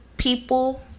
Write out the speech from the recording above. people